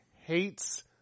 hates